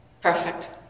Perfect